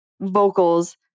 vocals